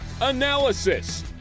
analysis